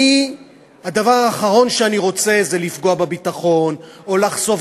הדבר האחרון שאני רוצה זה לפגוע בביטחון או לחשוף